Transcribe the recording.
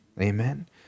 Amen